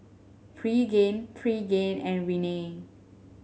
Pregain Pregain and Rene